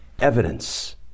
evidence